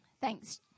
Thanks